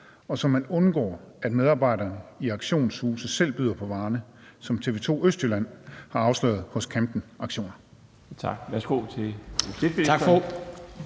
og så man undgår, at medarbejderne i auktionshuse selv byder på varerne, som TV2 Østjylland har afsløret hos Campen Auktioner?